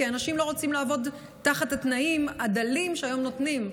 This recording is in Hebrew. כי אנשים לא רוצים לעבוד תחת התנאים הדלים שנותנים.